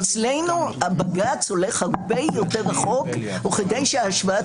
אצלנו הבג"צ הולך הרבה יותר רחוק וכדי שההשוואה